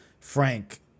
Frank